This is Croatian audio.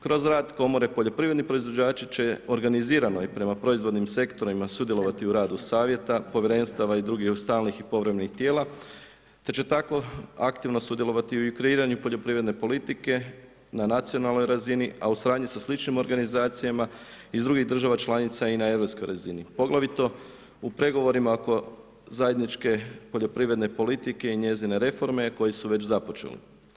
Kroz rad komore poljoprivredni proizvođači će organizirano i prema proizvodnim sektorima sudjelovati u radu savjeta, povjerenstava i drugih stalnih i povremenih tijela te će tako aktivno sudjelovati u kreiranju poljoprivredne politike na nacionalnoj razini a u suradnji sa sličnim organizacijama iz drugih država članica i na europskoj razini poglavito u pregovorima oko zajedničke poljoprivredne politike i njezine reforme koji su već započeli.